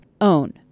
own